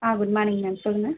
ஆ good morning ma'am சொல்லுங்கள்